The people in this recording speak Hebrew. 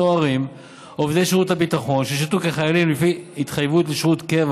סוהרים ועובדי שירות הביטחון ששירתו כחיילים לפי התחייבות לשירות קבע